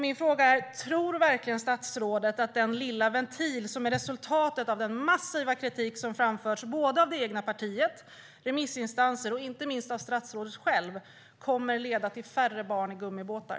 Min fråga är: Tror statsrådet verkligen att den lilla ventil som är resultatet av den massiva kritik som har framförts av såväl det egna partiet som remissinstanser och, inte minst, av statsrådet själv, kommer att leda till färre barn i gummibåtar?